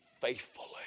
faithfully